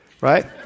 right